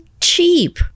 cheap